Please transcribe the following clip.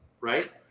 right